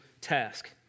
task